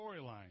storyline